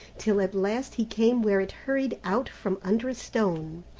till at last he came where it hurried out from under a stone,